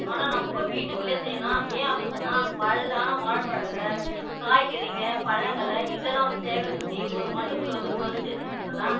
ஆனால் நம்ப வீட்டுக்குள்ளையே செய்யலைன்னா ஏன் அப்படி சொன்னால் பழுதானால் வாழப்பழங்கள் காய்கறிங்கள் பழங்களை இதெல்லாம் வந்து சேகரிச்சு ஒரு மண்ணுக்குள்ளே வந்து பொதைச்சி வச்சுட்டு இருந்தோன்னால்